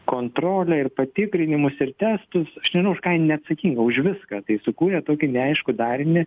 kontrolę ir patikrinimus ir testus aš nežinau už ką jin neatsakinga už viską tai sukūrė tokį neaiškų darinį